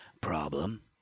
problem